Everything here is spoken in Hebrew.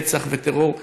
רצח וטרור,